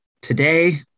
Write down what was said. today